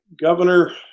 governor